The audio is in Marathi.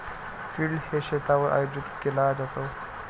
फील्ड डे शेतावर आयोजित केला जातो